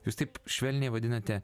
jūs taip švelniai vadinate